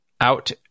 out